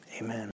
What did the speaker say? Amen